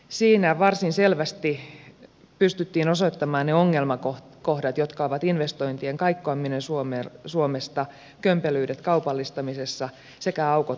siinä varsin selvästi pystyttiin osoittamaan ne ongelmakohdat jotka ovat investointien kaikkoaminen suomesta kömpelyydet kaupallistamisessa sekä aukot tutkimusinfrastruktuurissa